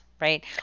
Right